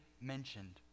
mentioned